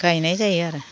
गायनाय जायो आरो